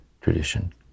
tradition